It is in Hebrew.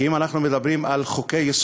כי אם אנחנו מדברים על חוקי-יסוד,